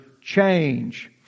change